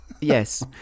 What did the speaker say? Yes